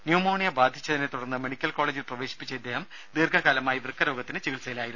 pneumonia ബാധിച്ചതിനെ തുടർന്ന് medical കോളജിൽ പ്രവേശിപ്പിച്ച ദീർഘകാലമായി ഇദ്ദേഹം വൃക്കരോഗത്തിന് ചികിത്സയിലായിരുന്നു